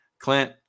Clint